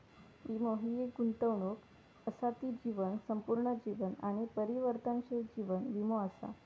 वीमो हि एक गुंतवणूक असा ती जीवन, संपूर्ण जीवन आणि परिवर्तनशील जीवन वीमो असा